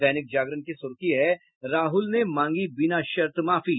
दैनिक जागरण की सुर्खी है राहुल ने मांगी बिना शर्त माफी